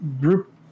group